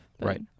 right